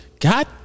God